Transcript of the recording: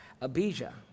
Abijah